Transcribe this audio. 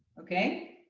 okay?